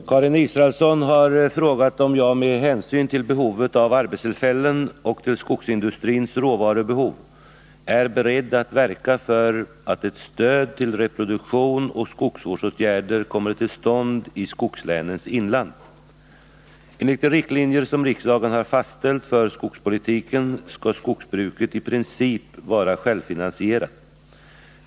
Fru talman! Karin Israelsson har frågat om jag med hänsyn till behovet av arbetstillfällen och till skogsindustrins råvarubehov är beredd att verka för att ett stöd till reproduktion och skogsvårdsåtgärder kommer till stånd i skogslänens inland. Enligt de riktlinjer som riksdagen har fastställt för skogspolitiken skall skogsbruket i princip vara självfinansierat.